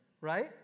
right